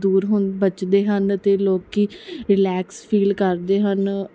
ਦੂਰ ਹੁ ਬਚਦੇ ਹਨ ਅਤੇ ਲੋਕ ਰਿਲੈਕਸ ਫੀਲ ਕਰਦੇ ਹਨ